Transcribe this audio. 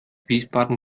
wiesbaden